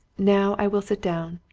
now i will sit down.